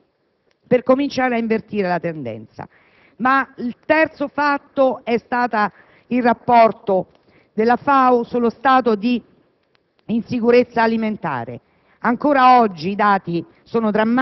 atto politiche più incisive e più efficaci per cominciare a invertire la tendenza. Il terzo elemento è rappresentato dal Rapporto della FAO sullo stato di